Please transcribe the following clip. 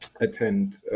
attend